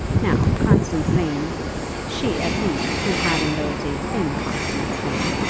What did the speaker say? now constance vane she at least who had in those days been constance vane,